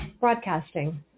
broadcasting